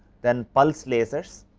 then pulse lasers